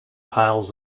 piles